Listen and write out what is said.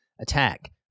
attack